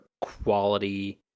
quality